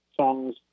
songs